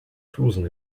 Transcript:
flusen